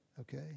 okay